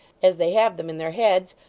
as they have them in their heads,